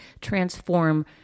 transform